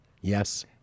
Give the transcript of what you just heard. Yes